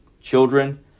Children